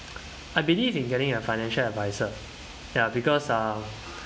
I believe in getting a financial advisor ya because um